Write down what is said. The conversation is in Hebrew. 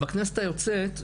בכנסת היוצאת,